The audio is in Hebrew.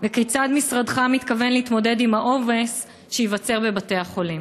2. כיצד משרדך מתכוון להתמודד עם העומס שייווצר בבתי החולים?